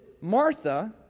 Martha